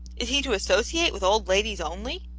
is he to associate with old ladies only?